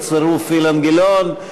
בצירוף אילן גילאון,